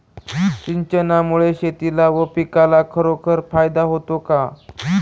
सिंचनामुळे शेतीला व पिकाला खरोखर फायदा होतो का?